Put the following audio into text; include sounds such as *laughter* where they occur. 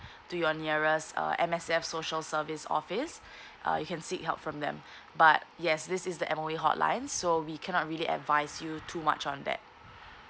to your nearest uh M_S_F social service office *breath* uh you can seek help from them but yes this is the M_O_E hotline so we cannot really advise you too much on that